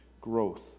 growth